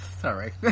sorry